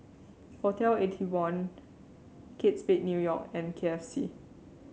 Hotel Eighty One Kate Spade New York and K F C